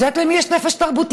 את יודעת למי יש נפש תרבותית?